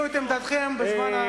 תביעו את עמדתכם בזמן,